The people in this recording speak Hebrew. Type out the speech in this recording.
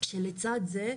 שלצד זה,